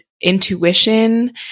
Intuition